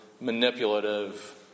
manipulative